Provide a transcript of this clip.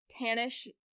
tannish